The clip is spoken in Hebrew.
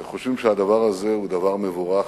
חושבים שהדבר הזה הוא דבר מבורך,